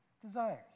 desires